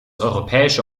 europäische